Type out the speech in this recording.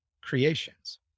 creations